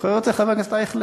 זוכר את זה, חבר הכנסת אייכלר?